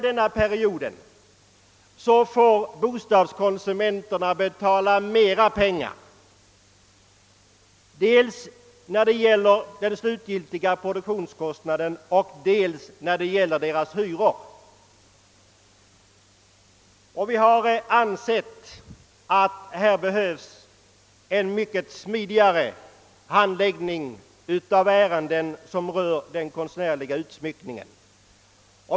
Dröjsmålet får bostadskonsumenterna betala dels vad beträffar den slutliga produktionskostnaden, dels i fråga om hyrorna. Vi har ansett att det behövs en smidigare handläggning av ärenden som rör den konstnärliga utsmyckningen.